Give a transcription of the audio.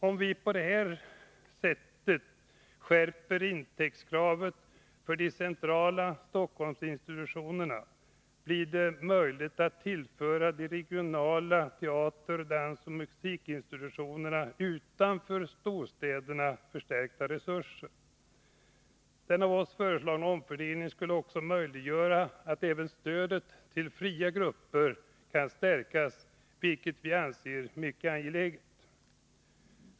Om vi på det här sättet skärper intäktskravet för de centrala Stockholmsinstitutionerna, blir det möjligt att tillföra de regionala teater-, dansoch musikinstitutionerna utanför storstäderna förstärkta resurser. Den av oss föreslagna omfördelningen skulle möjliggöra att även stödet till fria grupper kan stärkas, vilket vi anser mycket angeläget.